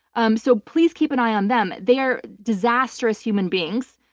um so please keep an eye on them. they are disastrous human beings.